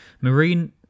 Marine